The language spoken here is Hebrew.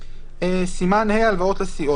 סימן ה': הלוואת לסיעות.